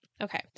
Okay